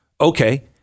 Okay